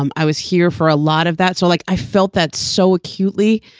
um i was here for a lot of that so like i felt that so acutely.